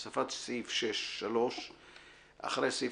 סכום של חמישה שקלים יעוגל כלפי מעלה," הוספת סעיף 6 3. אחרי סעיף